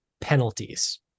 penalties